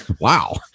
wow